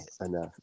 enough